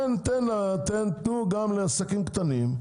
תנו גם לעסקים קטנים,